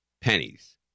pennies